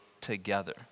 together